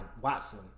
Watson